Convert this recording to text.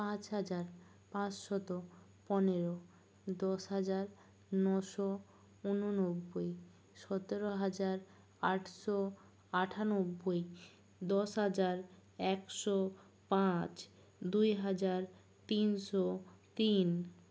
পাঁচ হাজার পাঁচশত পনেরো দশ হাজার নশো উননব্বই সতেরো হাজার আটশো আঠানব্বই দশ হাজার একশো পাঁচ দুই হাজার তিনশো তিন